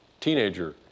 teenager